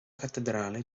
cattedrale